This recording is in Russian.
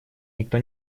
никто